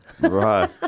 Right